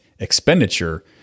expenditure